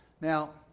Now